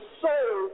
soul